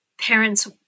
parents